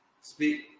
Speak